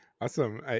Awesome